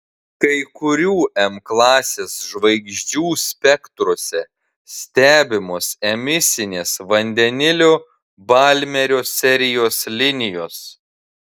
kai kurių m klasės žvaigždžių spektruose stebimos emisinės vandenilio balmerio serijos linijos